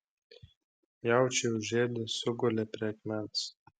jaučiai užėdę sugulė prie akmens